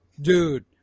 Dude